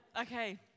Okay